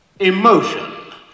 emotion